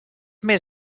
més